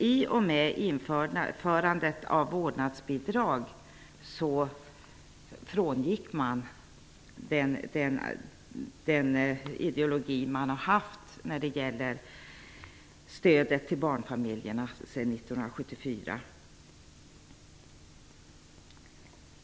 I och med införandet av vårdnadsbidrag frångick man den ideologi man har haft sedan 1974 när det gäller stödet.